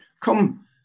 come